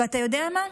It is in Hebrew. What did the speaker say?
ואתה יודע מה,